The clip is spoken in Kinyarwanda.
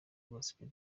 gospel